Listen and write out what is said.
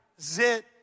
Zit